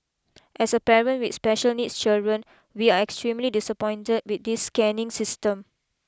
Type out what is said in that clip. as a parent with special needs children we are extremely disappointed with this scanning system